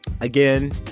Again